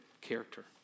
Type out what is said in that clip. character